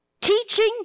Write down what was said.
Teaching